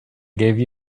gave